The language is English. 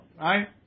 right